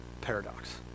paradox